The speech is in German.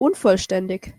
unvollständig